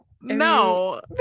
No